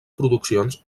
produccions